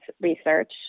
research